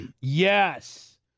yes